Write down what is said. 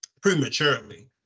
prematurely